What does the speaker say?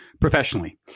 professionally